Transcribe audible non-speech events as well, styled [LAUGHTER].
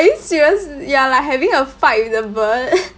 are you serious you're like having a fight with a bird [LAUGHS]